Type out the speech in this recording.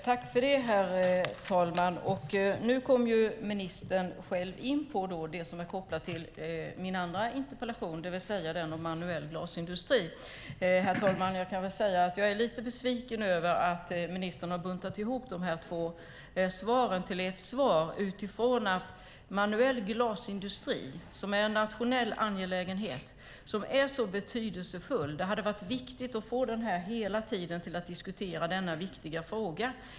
Herr talman! Nu kom ministern själv in på det som är kopplat till min andra interpellation, det vill säga den om manuell glasindustri. Herr talman! Jag kan väl säga att jag är lite besviken över att ministern har buntat ihop de här två svaren till ett svar. Manuell glasindustri är en nationell angelägenhet, och den är betydelsefull. Det hade varit viktigt att få ägna hela den här tiden till att diskutera denna viktiga fråga.